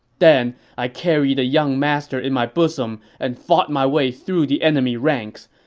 then, i carried the young master in my bosom and fought my way through the enemy ranks.